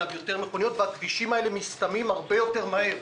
מכוניות והכבישים האלה נסתמים הרבה יותר מהר,